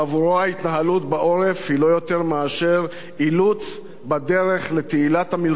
ההתנהלות בעורף היא לא יותר מאשר אילוץ בדרך לתהילת המלחמה,